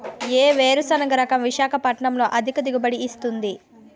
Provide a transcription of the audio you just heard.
ఏ వేరుసెనగ రకం విశాఖపట్నం లో అధిక దిగుబడి ఇస్తుంది?